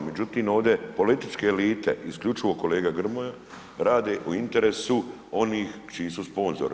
Međutim ovdje političke elite, isključivo kolega Grmoja, rade u interesu onih čiji su sponzori.